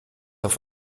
auf